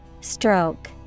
Stroke